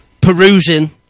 perusing